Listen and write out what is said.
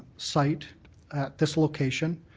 site at this location,